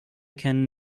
can